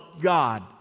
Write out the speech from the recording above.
God